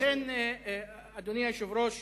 לכן, אדוני היושב-ראש,